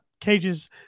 Cage's